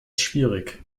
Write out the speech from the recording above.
schwierig